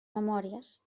memòries